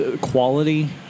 quality